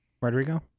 Rodrigo